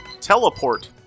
Teleport